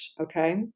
Okay